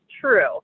true